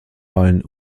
allen